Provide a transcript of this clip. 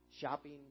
shopping